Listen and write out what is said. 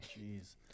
Jeez